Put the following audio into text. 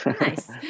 Nice